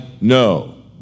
no